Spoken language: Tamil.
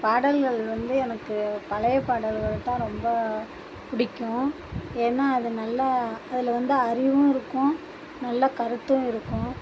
பாடல்கள் வந்து எனக்கு பழைய பாடல்கள் தான் ரொம்ப பிடிக்கும் ஏன்னா அது நல்ல அதில் வந்து அறிவும் இருக்கும் நல்ல கருத்தும் இருக்கும்